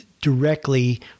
directly